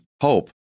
hope